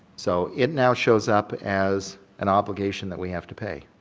so, it now shows up as an obligation that we have to pay.